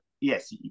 yes